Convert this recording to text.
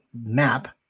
map